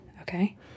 okay